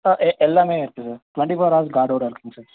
sir எல்லாமே இருக்குது sir twenty four hours இருக்குங்க சார்